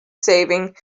saving